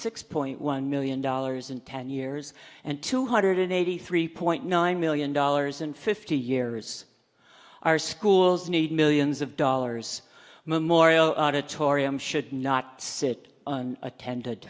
six point one million dollars in ten years and two hundred eighty three point nine million dollars in fifty years our schools need millions of dollars memorial to tory m should not sit and attended